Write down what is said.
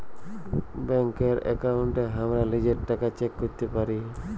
ব্যাংকের একাউন্টে হামরা লিজের টাকা চেক ক্যরতে পারি